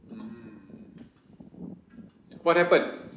mm what happened